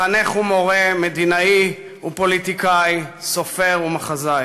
מחנך ומורה, מדינאי ופוליטיקאי, סופר ומחזאי,